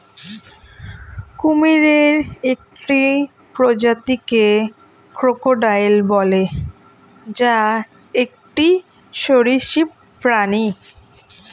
কুমিরের একটি প্রজাতিকে ক্রোকোডাইল বলে, যা একটি সরীসৃপ প্রাণী